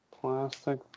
Plastic